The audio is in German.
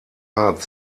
art